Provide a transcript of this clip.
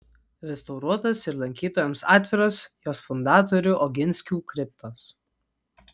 restauruotos ir lankytojams atviros jos fundatorių oginskių kriptos